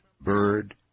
bird